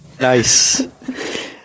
Nice